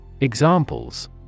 Examples